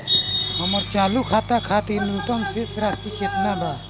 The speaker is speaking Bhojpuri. हमर चालू खाता खातिर न्यूनतम शेष राशि केतना बा?